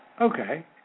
okay